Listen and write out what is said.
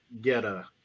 Geta